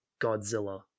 Godzilla